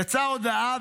יצאה הודעה,